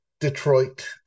Detroit